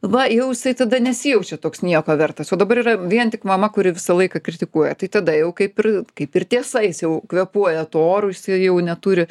va jau jisai tada nesijaučia toks nieko vertas o dabar yra vien tik mama kuri visą laiką kritikuoja tai tada jau kaip ir kaip ir tiesa jis jau kvėpuoja tuo oru jisai jau neturi